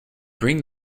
bring